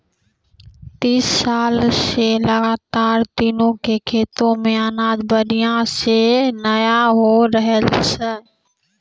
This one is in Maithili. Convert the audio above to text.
तीस साल स लगातार दीनू के खेतो मॅ अनाज बढ़िया स नय होय रहॅलो छै